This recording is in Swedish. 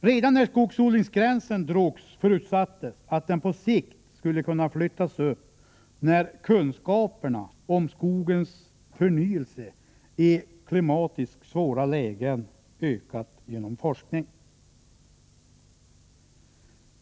Redan när skogsodlingsgränsen drogs upp förutsattes att den på sikt skulle kunna flyttas upp när kunskaperna om skogens förnyelse i klimatiskt svåra lägen ökat genom forskning.